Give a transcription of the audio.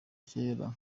kera